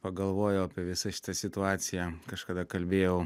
pagalvojau apie visą šitą situaciją kažkada kalbėjau